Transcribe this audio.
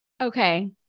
Okay